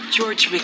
George